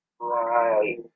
Right